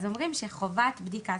אז אומרים שחובת בדיקה,